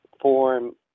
form